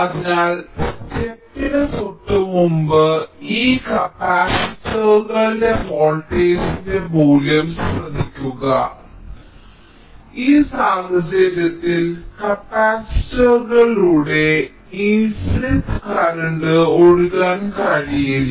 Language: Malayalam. അതിനാൽ സ്റ്റെപ്പിന് തൊട്ടുമുമ്പ് ഈ കപ്പാസിറ്ററുകളുടെ വോൾട്ടേജിന്റെ മൂല്യം നിങ്ങൾ ശ്രദ്ധിക്കുക ഈ സാഹചര്യത്തിൽ കപ്പാസിറ്ററുകളിലൂടെ ഇൻഫിനിറ്റ് കറന്റ് ഒഴുകാൻ കഴിയില്ല